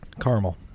Caramel